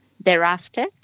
thereafter